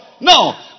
No